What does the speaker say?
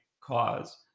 cause